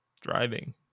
driving